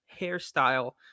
hairstyle